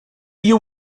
you